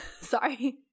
Sorry